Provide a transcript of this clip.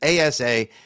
ASA